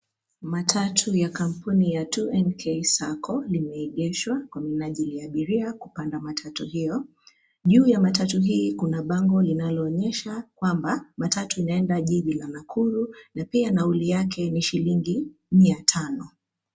Matatu ya kampuni ya 2NK sacco, limeegeshwa kwa minajili ya abiria kupanda matatu hio . Juu ya matatu hili kuna bango linaloonyesha kwamba matatu inaenda jiji la Nakuru na pia nauli yake ni shilingi mia tano.